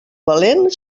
valent